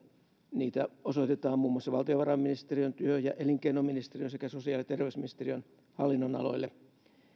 niitä osoitetaan muun muassa valtiovarainministeriön työ ja elinkeinoministeriön sekä sosiaali ja terveysministeriön hallinnonaloille